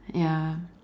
ya